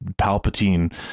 Palpatine